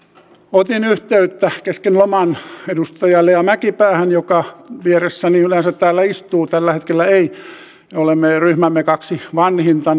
otin yhteyttä kesken loman edustaja lea mäkipäähän joka vieressäni yleensä täällä istuu tällä hetkellä ei olemme ryhmämme kaksi vanhinta